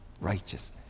righteousness